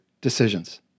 decisions